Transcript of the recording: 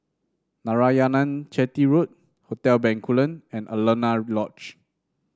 Narayanan Chetty Road Hotel Bencoolen and Alaunia Lodge